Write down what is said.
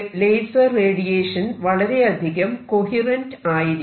laser radiation വളരെ അധികം coherent ആയിരിക്കും